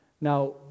Now